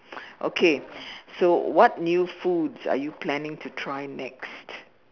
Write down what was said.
okay so what new foods are you planning to try next